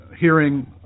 hearing